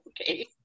Okay